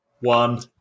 one